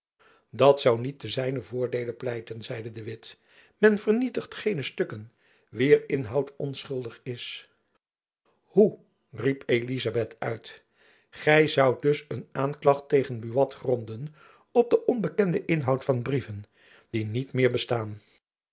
dat zoû niet ten zijnen voordeele pleiten zeide de witt men vernietigt geene stukken wier inhoud onschuldig is hoe riep elizabeth uit gy zoudt dus een aanklacht tegen buat gronden op den onbekenden inhoud van brieven die niet meer bestaan